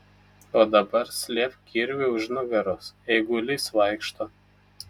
o dabar slėpk kirvį už nugaros eigulys vaikšto